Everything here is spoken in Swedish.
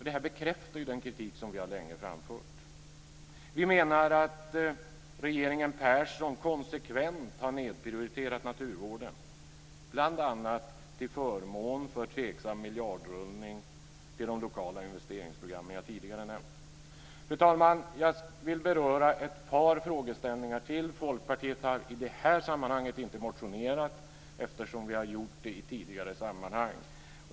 Det bekräftar den kritik vi länge har framfört. Vi menar att regeringen Persson konsekvent har nedprioriterat naturvården, bl.a. till förmån för tveksam miljardrullning till de lokala investeringsprogram jag tidigare har nämnt. Fru talman! Jag vill beröra ett par frågeställningar till. Folkpartiet har i det sammanhanget inte motionerat eftersom vi har gjort det i tidigare sammanhang.